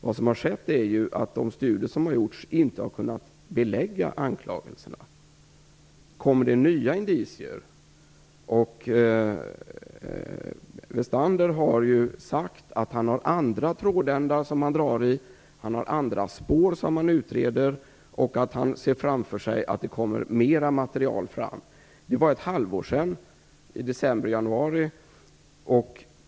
Vad som har skett är att de studier som har gjorts inte har kunnat belägga anklagelserna. Westander har ju sagt att han har andra trådändar som han drar i och andra spår som han utreder, och att han ser framför sig att det kommer fram mera material. Det har bara gått ett halvår sedan december och januari.